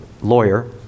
lawyer